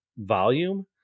volume